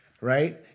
right